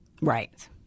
Right